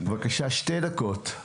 בבקשה, שתי דקות.